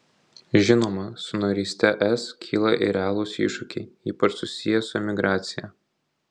žinoma su naryste es kyla ir realūs iššūkiai ypač susiję su emigracija